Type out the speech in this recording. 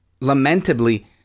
lamentably